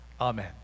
Amen